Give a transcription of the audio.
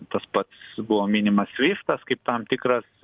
tas pats buvo minimas sviftas kaip tam tikras